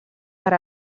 per